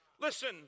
Listen